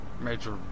major